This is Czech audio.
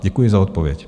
Děkuji za odpověď.